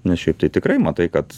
nes šiaip tai tikrai matai kad